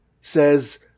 says